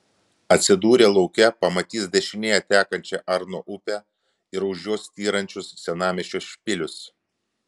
atsidūrę lauke pamatys dešinėje tekančią arno upę ir už jos styrančius senamiesčio špilius